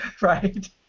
right